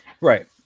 right